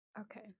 Okay